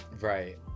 Right